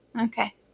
Okay